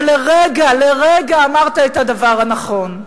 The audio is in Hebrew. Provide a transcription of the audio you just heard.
ולרגע, לרגע, אמרת את הדבר הנכון.